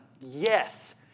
yes